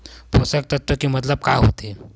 पोषक तत्व के मतलब का होथे?